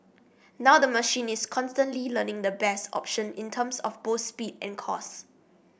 now the machine is constantly learning the best option in terms of both speed and cost